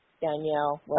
Danielle